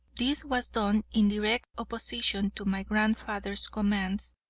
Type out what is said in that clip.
this was done in direct opposition to my grandfather's commands,